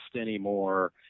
anymore